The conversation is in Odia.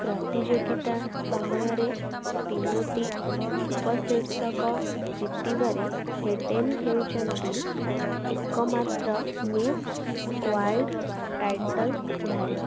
ପ୍ରତିଯୋଗିତା ସମୟରେ ତିନୋଟି ଉପଶୀର୍ଷକ ଜିତିବାରେ ହେଡ଼େନ୍ ହେଉଛନ୍ତି ଏକମାତ୍ର ମିସ୍ୱାର୍ଲ୍ଡ ଟାଇଟଲ୍ ଧାରୀ